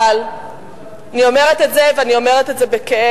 אבל אני אומרת את זה, ואומרת את זה בכאב,